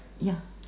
ya